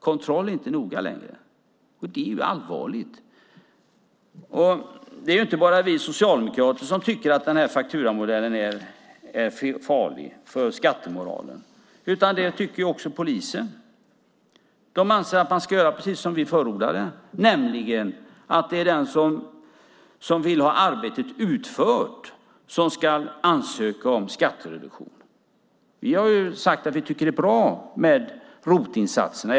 Kontroll är inte noga längre, och det är allvarligt. Det är inte bara vi socialdemokrater som tycker att den här fakturamodellen är farlig för skattemoralen, utan det tycker också polisen. De anser att man ska göra precis som vi förordade, nämligen att den som vill ha arbetet utfört ska ansöka om skattereduktion. Vi har sagt att vi tycker att det är bra med ROT-insatserna.